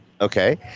Okay